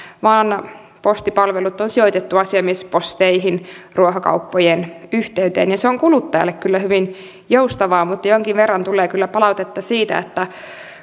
vaan postipalvelut on sijoitettu asiamiesposteihin ruokakauppojen yhteyteen se on kuluttajalle kyllä hyvin joustavaa mutta jonkin verran tulee kyllä palautetta siitä että